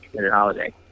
holiday